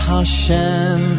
Hashem